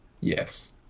Yes